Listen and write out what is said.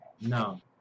No